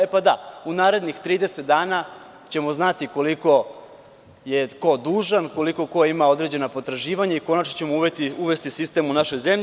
E, pa da, u narednih 30 dana ćemo znati koliko je ko dužan, koliko ko ima određena potraživanja i konačno ćemo uvesti sistem u našu zemlju.